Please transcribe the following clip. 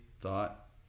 thought